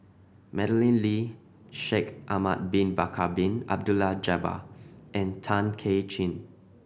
Madeleine Lee Shaikh Ahmad Bin Bakar Bin Abdullah Jabbar and Tay Kay Chin